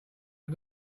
was